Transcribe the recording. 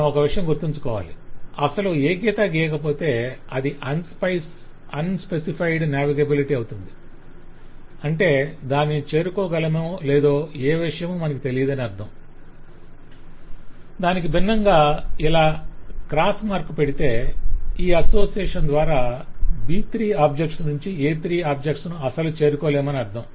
మనం ఒక విషయం గుర్తుంచుకోవాలి - అసలు ఏ గీతా గీయకపోతే అది అన్ స్పెసిఫైడ్ నావిగెబిలిటీ అవుతుంది అంటే దానిని చేరుకోగలమే లేదో ఏ విషయమూ మనకు తెలియదని దాని అర్ధం దానికి భిన్నంగా ఇలా క్రాస్ మార్క్ 'X' పెడితే ఈ అసోసియేషన్ ద్వారా B3 ఆబ్జెక్ట్స్ నుంచి A3 ఆబ్జెక్ట్స్ ను అసలు చేరుకోలేమని అర్ధం